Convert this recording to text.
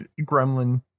gremlin